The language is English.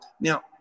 Now